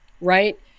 right